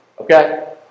Okay